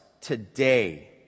today